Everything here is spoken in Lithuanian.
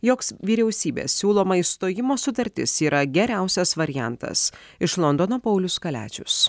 joks vyriausybės siūloma išstojimo sutartis yra geriausias variantas iš londono paulius kaliačius